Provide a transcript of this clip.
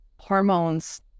hormones